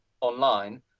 online